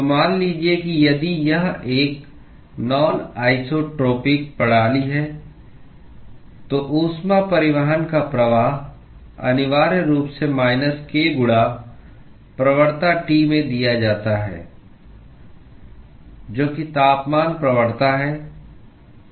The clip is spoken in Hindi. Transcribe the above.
तो मान लीजिए कि यदि यह एक नान आइसोट्रोपिक प्रणाली है तो ऊष्मा परिवहन का प्रवाह अनिवार्य रूप से माइनस k गुणा प्रवणता T में दिया जाता है जो कि तापमान प्रवणता है